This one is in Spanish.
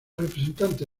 representante